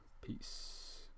Peace